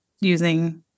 using